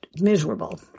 miserable